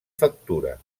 factura